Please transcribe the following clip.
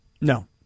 No